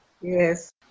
Yes